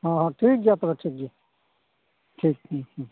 ᱦᱮᱸ ᱦᱮᱸ ᱴᱷᱤᱠᱜᱮᱭᱟ ᱛᱚᱵᱮ ᱴᱷᱤᱠᱜᱮᱭᱟ ᱴᱷᱤᱠ ᱦᱮᱸ ᱦᱮᱸ